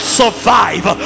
survive